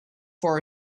for